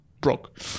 broke